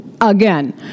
again